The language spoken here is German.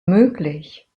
möglich